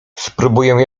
spróbuję